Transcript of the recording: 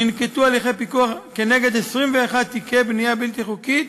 ננקטו הליכי פיקוח נגד 21 תיקי בנייה בלתי חוקית